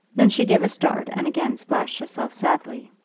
then she gave a start and again splashed herself sadly.